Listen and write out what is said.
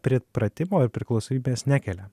pripratimo ir priklausomybės nekelia